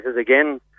again